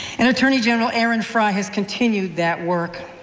and attorney general aaron frey has continued that work.